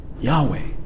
Yahweh